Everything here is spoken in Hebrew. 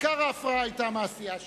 ועיקר ההפרעה היתה מהסיעה שלכם.